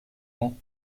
ans